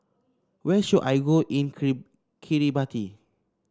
where should I go in Kiribati